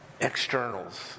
externals